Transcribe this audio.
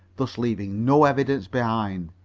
thus leaving no evidence behind.